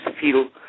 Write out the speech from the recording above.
feel